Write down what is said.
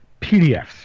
PDFs